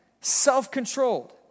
self-controlled